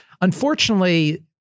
unfortunately